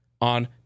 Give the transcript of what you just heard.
on